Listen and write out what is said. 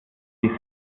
die